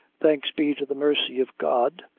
thanks be to the mercy of god,